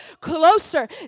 closer